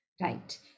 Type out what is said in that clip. Right